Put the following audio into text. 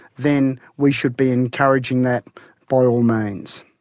then we should be encouraging that by all means.